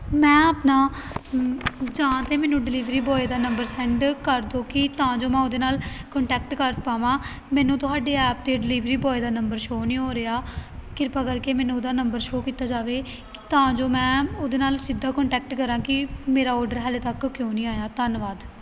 ਮੈਂ ਆਪਣਾ ਜਾਂ ਤਾਂ ਮੈਨੂੰ ਡਿਲੀਵਰੀ ਬੋਆਏ ਦਾ ਨੰਬਰ ਸੈਂਡ ਕਰ ਦਿਓ ਕਿ ਤਾਂ ਜੋ ਮੈਂ ਉਹਦੇ ਨਾਲ ਕੰਟੈਕਟ ਕਰ ਪਾਵਾਂ ਮੈਨੂੰ ਤੁਹਾਡੇ ਐਪ 'ਤੇ ਡਿਲੀਵਰੀ ਬੋਆਏ ਦਾ ਨੰਬਰ ਸ਼ੋਅ ਨਹੀਂ ਹੋ ਰਿਹਾ ਕਿਰਪਾ ਕਰਕੇ ਮੈਨੂੰ ਉਹਦਾ ਨੰਬਰ ਸ਼ੋਅ ਕੀਤਾ ਜਾਵੇ ਕਿ ਤਾਂ ਜੋ ਮੈਂ ਉਹਦੇ ਨਾਲ ਸਿੱਧਾ ਕੋਂਟੈਕਟ ਕਰਾਂ ਕਿ ਮੇਰਾ ਔਡਰ ਹਜੇ ਤੱਕ ਕਿਉਂ ਨਹੀਂ ਆਇਆ ਧੰਨਵਾਦ